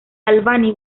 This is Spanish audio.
albany